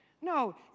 No